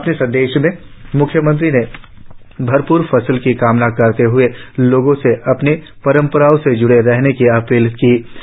अपने संदेश में मुख्यमंत्री ने भरपूर फसल की कामना करते हए लोगों से अपनी पंरपराओं से जुड़े रहने की अपील की है